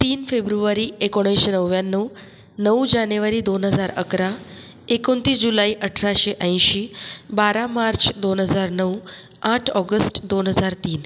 तीन फेब्रुवरी एकोणीसशे नव्याण्णव नऊ जानेवारी दोन हजार अकरा एकोणतीस जुलई अठराशे ऐंशी बारा मार्च दोन हजार नऊ आठ ऑगस्ट दोन हजार तीन